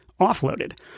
offloaded